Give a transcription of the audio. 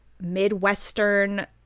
Midwestern